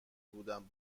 بودم